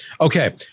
Okay